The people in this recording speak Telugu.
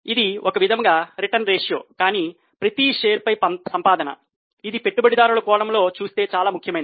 ఇది ఒక విధంగా రిటర్న్ రేషియో కానీ ప్రతి షేరుపై సంపాదన ఇది పెట్టుబడిదారుల కోణంలో చూస్తే చాలా ముఖ్యమైనది